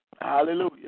Hallelujah